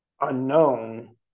unknown